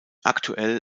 aktuell